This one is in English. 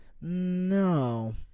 No